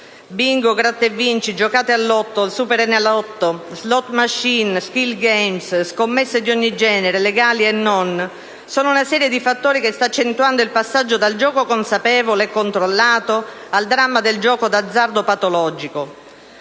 Bingo, Gratta e vinci, giocate al Lotto o al Superenalotto, *slot machines*, *skill games*, scommesse di ogni genere, legali e non, sono fattori che stanno accentuando il passaggio dal gioco consapevole e controllato al dramma del gioco d'azzardo patologico.